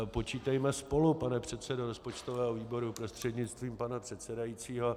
Počítejme spolu, pane předsedo rozpočtového výboru prostřednictvím pana předsedajícího.